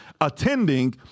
attending